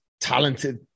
talented